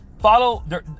follow